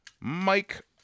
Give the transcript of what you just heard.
Mike